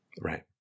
Right